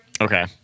Okay